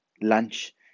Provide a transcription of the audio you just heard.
lunch